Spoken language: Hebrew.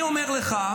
אני אומר לך,